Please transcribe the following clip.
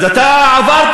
אז אתה עברת,